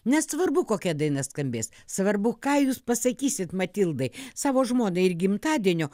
nesvarbu kokia daina skambės svarbu ką jūs pasakysit matildai savo žmonai ir gimtadienio